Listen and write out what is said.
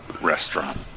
restaurant